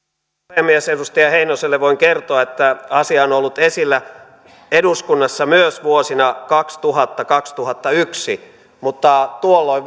puhemies edustaja heinoselle voin kertoa että asia on ollut esillä eduskunnassa myös vuosina kaksituhatta viiva kaksituhattayksi mutta tuolloin